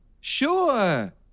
Sure